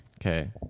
Okay